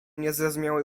niezrozumiały